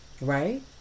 Right